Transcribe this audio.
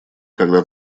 когда